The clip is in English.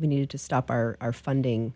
we needed to stop our funding